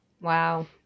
Wow